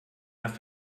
nach